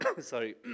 Sorry